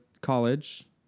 college